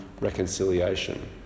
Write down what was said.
reconciliation